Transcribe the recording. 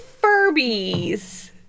Furbies